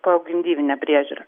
pogimdyvinę priežiūrą